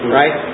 right